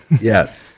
Yes